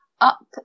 up